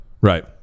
Right